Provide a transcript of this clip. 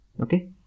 okay